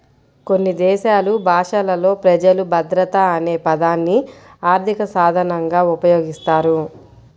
కొన్ని దేశాలు భాషలలో ప్రజలు భద్రత అనే పదాన్ని ఆర్థిక సాధనంగా ఉపయోగిస్తారు